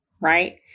right